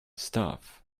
stuff